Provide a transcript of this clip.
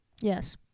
Yes